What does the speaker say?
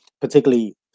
particularly